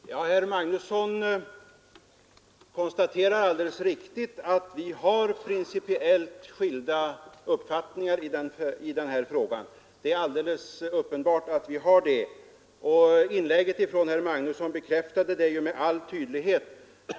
Herr talman! Herr Magnusson i Borås konstaterar helt riktigt att vi har principiellt skilda uppfattningar i den här frågan. Det är alldeles uppenbart att vi har det — herr Magnussons inlägg bekräftade detta med all tydlighet.